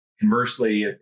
Conversely